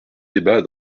débats